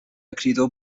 escrito